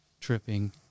tripping